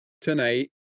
tonight